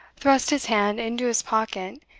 thrust his hand into his pocket,